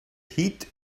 heat